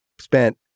spent